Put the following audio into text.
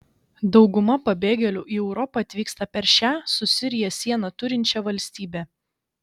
dauguma pabėgėlių į europą atvyksta per šią su sirija sieną turinčią valstybę